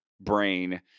brain